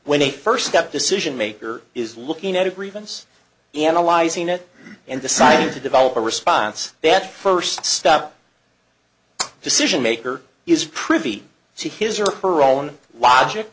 a first step decision maker is looking at a grievance analyzing it and decide to develop a response that first stop decision maker is privy to his or her own logic